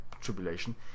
tribulation